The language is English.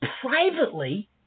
privately